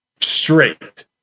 straight